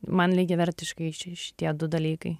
man lygiavertiškai ši šitie du dalykai